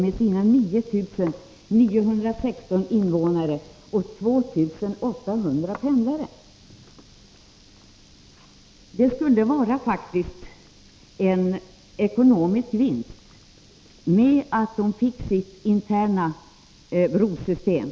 Kommunen har 9 916 invånare, varav 2 800 pendlare. Det vore faktiskt en ekonomisk vinst, om de fick sitt interna brosystem.